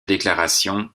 déclarations